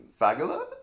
Fagula